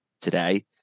today